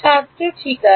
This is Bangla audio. ছাত্র ঠিক আছে